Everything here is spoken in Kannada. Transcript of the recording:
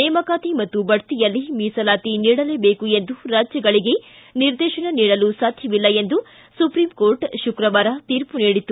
ನೇಮಕಾತಿ ಮತ್ತು ಬಡ್ತಿಯಲ್ಲಿ ಮೀಸಲಾತಿ ನೀಡಲೇಬೇಕು ಎಂದು ರಾಜ್ಗಳಿಗೆ ನಿರ್ದೇಶನ ನೀಡಲು ಸಾಧ್ಯವಿಲ್ಲ ಎಂದು ಸುಪ್ರೀಂಕೋರ್ಟ್ ಶುಕ್ರವಾರ ತೀರ್ಮ ನೀಡಿತ್ತು